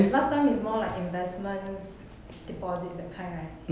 last time is more like investments deposit that kind right